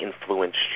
influenced